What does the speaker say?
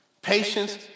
Patience